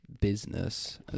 business